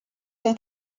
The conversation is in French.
son